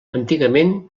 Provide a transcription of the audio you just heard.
antigament